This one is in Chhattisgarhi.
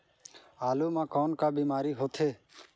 आलू म कौन का बीमारी होथे?